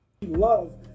Love